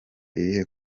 irihe